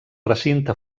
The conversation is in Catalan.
recinte